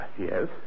Yes